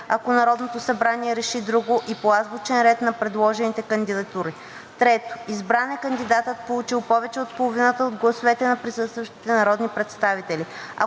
ако Народното събрание реши друго, и по азбучен ред на предложените кандидатури. 3. Избран е кандидатът, получил повече от половината от гласовете на присъстващите народни представители.